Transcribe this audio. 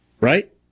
Right